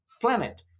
planet